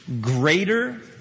greater